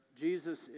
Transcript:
Jesus